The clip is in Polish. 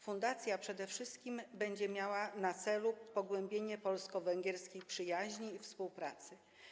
Fundacja przede wszystkim będzie miała na celu pogłębienie polsko-węgierskiej przyjaźni i współpracy.